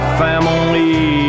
family